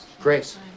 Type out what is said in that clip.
Grace